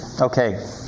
Okay